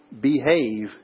behave